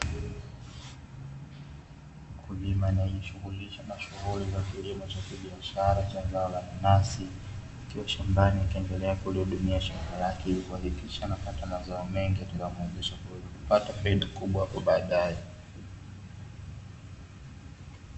Mkulima ananijishughulisha na mazao